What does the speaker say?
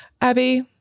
Abby